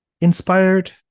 inspired